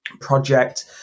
project